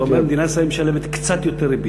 אתה אומר: מדינת ישראל משלמת קצת יותר ריבית.